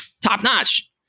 top-notch